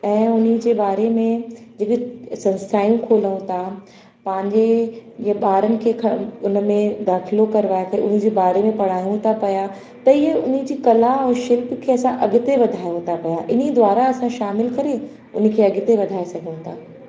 ऐं उन जे बारे में जेके संस्थायूं खोलूं था पंहिंजे ॿारनि खे उन में दाख़िलो करवाए करे उन जे बारे में पढ़ायूं था पिया त इहो उन जी कला ऐं शिल्प खे असां अॻिते वधायूं था पिया इन ई द्वारा असां शामिलु करे उन खे अॻिते वधाए सघूं था